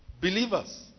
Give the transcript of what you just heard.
believers